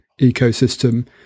ecosystem